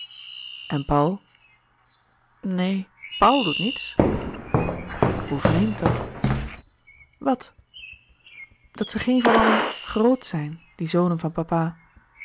en paul neen paul doet niets hoe vreemd toch wat dat ze geen van allen grot zijn die zonen van papa